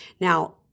Now